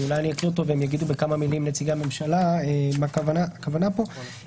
אז אולי אני אקריא אותו ונציגי הממשלה יגידו מה הכוונה בכמה מילים.